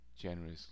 generously